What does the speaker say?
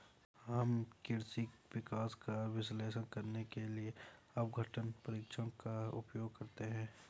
हम कृषि विकास का विश्लेषण करने के लिए अपघटन परीक्षण का उपयोग करते हैं